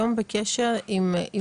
מפורש: אחד,